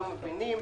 לא מבינים.